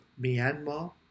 Myanmar